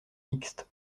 mixtes